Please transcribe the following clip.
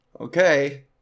Okay